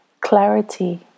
clarity